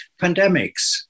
pandemics